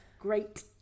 great